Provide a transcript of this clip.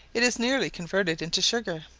it is nearly converted into sugar.